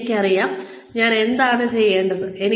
എനിക്കറിയാം ഞാൻ എന്താണ് ചെയ്യേണ്ടതെന്ന്